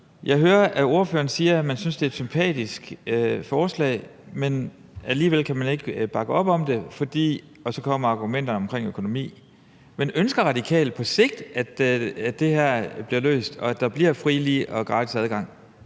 Jeg hører, at ordføreren siger, at man synes, at det er et sympatisk forslag, men alligevel kan man ikke bakke op om det på grund af argumenterne omkring økonomi. Men ønsker Radikale på sigt, at det her bliver løst, og at der bliver fri, lige og gratis adgang?